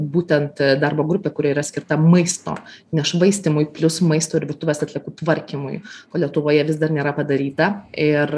būtent darbo grupė kuri yra skirta maisto nešvaistymui plius maisto ir virtuvės atliekų tvarkymui ko lietuvoje vis dar nėra padaryta ir